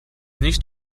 nicht